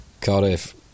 Cardiff